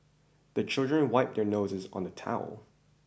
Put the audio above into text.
the children wipe their noses on the towel